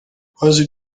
quasi